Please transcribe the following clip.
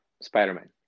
Spider-Man